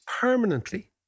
permanently